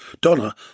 Donna